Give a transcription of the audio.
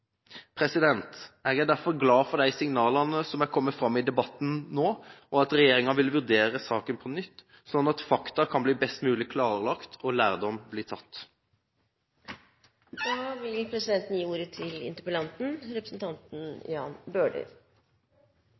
Jeg er derfor glad for de signalene som er kommet fram i debatten nå, og at regjeringa vil vurdere saken på nytt, slik at fakta kan bli best mulig klarlagt og lærdom bli tatt. Jeg vil benytte anledningen til